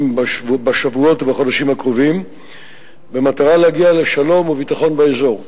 בשבועות ובחודשים הקרובים במטרה להגיע לשלום וביטחון באזור.